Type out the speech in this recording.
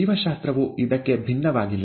ಜೀವಶಾಸ್ತ್ರವು ಇದಕ್ಕೆ ಭಿನ್ನವಾಗಿಲ್ಲ